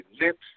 lips